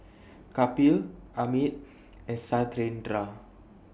Kapil Amit and Satyendra